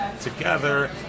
together